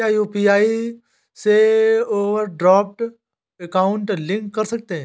क्या यू.पी.आई से overdraft account link कर सकते हैं?